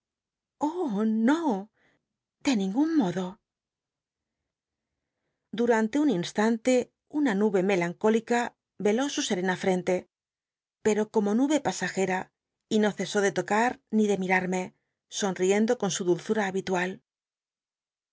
no i ele ningun modo dumnte un inst tn te una nube melancó lica ció su setena ftente pero como nube pasajera y no cesó de tocar ni de mi rarme son ticnclo con su dulzma habitual